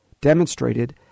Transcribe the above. demonstrated